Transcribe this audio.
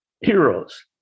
heroes